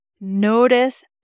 Notice